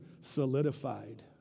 solidified